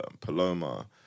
Paloma